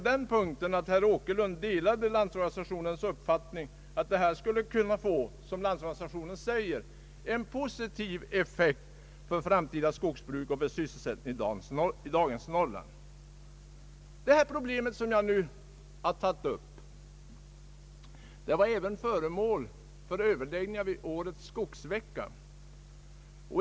Det gladde mig att herr Åkerlund på den punkten delar LO:s uppfattning att detta skulle kunna få, som LO säger, en »positiv effekt för framtida skogsbruk och för sysselsättningen i dagens Norrland». Det problem som jag nu tagit upp var även föremål för överläggningar vid årets skogsvecka.